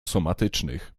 somatycznych